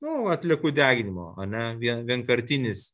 nu atliekų deginimo ane vien vienkartinis